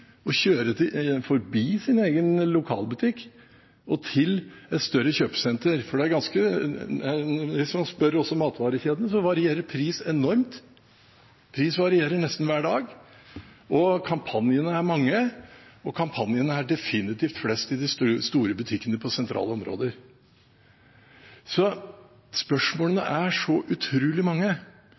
og kjøre forbi sin egen lokalbutikk og til et større kjøpesenter. For hvis man spør matvarekjedene, varierer prisen enormt. Prisen varierer nesten hver dag. Kampanjene er mange, og de er definitivt flest i de store butikkene i sentrale områder. Spørsmålene er så utrolig mange.